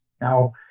now